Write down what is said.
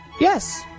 yes